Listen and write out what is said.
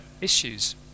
issues